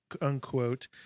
unquote